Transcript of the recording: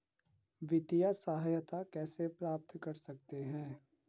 वित्तिय सहायता कैसे प्राप्त कर सकते हैं?